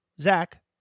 Zach